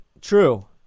true